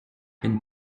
une